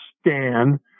Stan